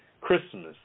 Christmas